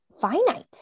finite